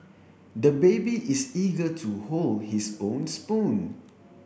the baby is eager to hold his own spoon